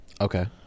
Okay